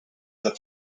other